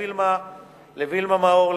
לווילמה מאור,